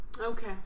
Okay